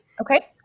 Okay